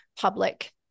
public